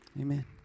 Amen